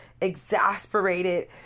exasperated